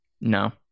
No